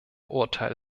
urteil